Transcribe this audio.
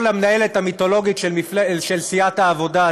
למנהלת המיתולוגית של סיעת העבודה,